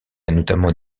notamment